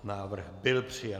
Návrh byl přijat.